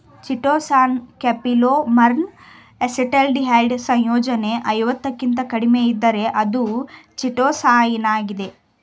chitosan ಕೋಪೋಲಿಮರ್ನ acetylised ಸಂಯೋಜನೆ ಐವತ್ತಕ್ಕಿಂತ ಕಡಿಮೆಯಿದ್ದರೆ ಅದು ಚಿಟೋಸಾನಾಗಿದೆ